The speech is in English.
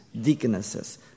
deaconesses